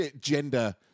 gender